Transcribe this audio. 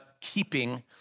keeping